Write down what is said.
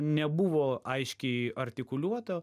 nebuvo aiškiai artikuliuota